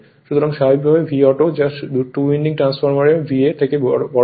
সুতরাং স্বাভাবিকভাবেই VAuto যা টু উইন্ডিং ট্রান্সফরমারের VA এর থেকে বড় হবে